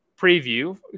preview